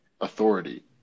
authority